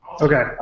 okay